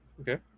Okay